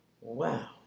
Wow